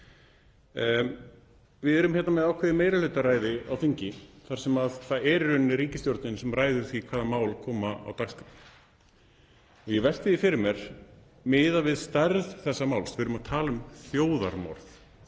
Við erum hérna með ákveðið meirihlutaræði á þingi þar sem það er í rauninni ríkisstjórnin sem ræður því hvaða mál koma á dagskrá. Ég velti því fyrir mér miðað við stærð þessa máls — við erum að tala um þjóðarmorð.